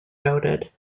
noted